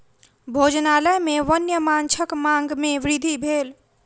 भोजनालय में वन्य माँछक मांग में वृद्धि भेल